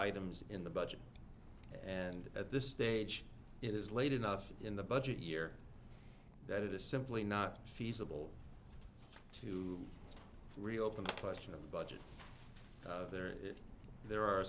items in the budget and at this stage it is late enough in the budget year that it is simply not feasible to reopen the question of the budget there are a